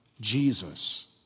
Jesus